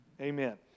Amen